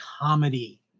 comedy